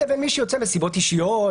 לבין מי שיוצא מסיבות אישיות,